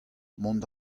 mont